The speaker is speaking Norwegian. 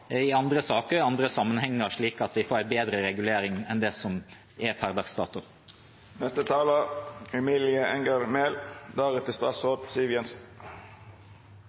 andre sammenhenger, slik at vi får en bedre regulering enn det som er per dags dato.